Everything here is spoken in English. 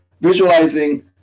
visualizing